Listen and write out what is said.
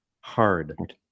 hard